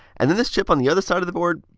and then this chip on the other side of the board.